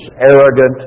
arrogant